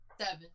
Seven